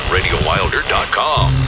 RadioWilder.com